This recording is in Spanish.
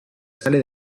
sale